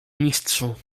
mistrzu